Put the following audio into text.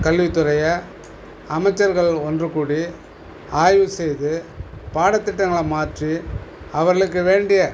கல்வித்துறையை அமைச்சர்கள் ஒன்றுக்கூடி ஆய்வு செய்து பாடத்திட்டங்களை மாற்றி அவர்களுக்கு வேண்டிய